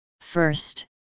First